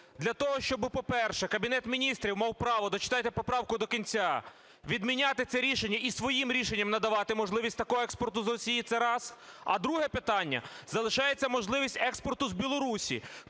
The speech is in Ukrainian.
для того, щоб, по-перше, Кабінет Міністрів мав право, дочитайте поправку до кінця, відміняти це рішення і своїм рішенням надавати можливість такого експорту з Росії – це раз. А друге питання – залишається можливість експорту з Білорусі